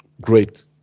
great